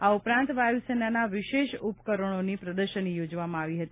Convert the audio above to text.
આ ઉપરાંત વાયુસેનાના વિશેષ ઉપકરણોની પ્રદર્શની યોજવામાં આવી હતી